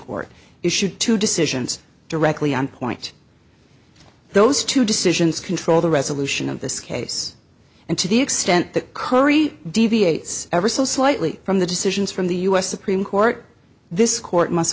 court issued two decisions directly on point those two decisions control the resolution of this case and to the extent that curry deviates ever so slightly from the decisions from the u s supreme court this court must